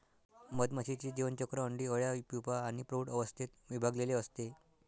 मधमाशीचे जीवनचक्र अंडी, अळ्या, प्यूपा आणि प्रौढ अवस्थेत विभागलेले असते